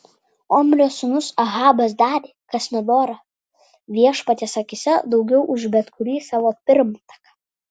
omrio sūnus ahabas darė kas nedora viešpaties akyse daugiau už bet kurį savo pirmtaką